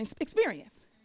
experience